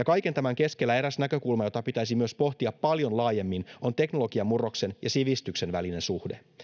kaiken tämän keskellä eräs näkökulma jota pitäisi myös pohtia paljon laajemmin on teknologian murroksen ja sivistyksen välinen suhde